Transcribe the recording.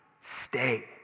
Stay